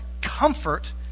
comfort